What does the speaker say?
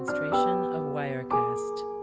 sort of wirecast